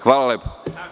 Hvala lepo.